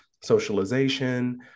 Socialization